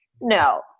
No